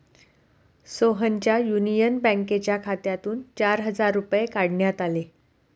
सोहनच्या युनियन बँकेच्या खात्यातून चार हजार रुपये काढण्यात आले